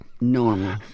Normal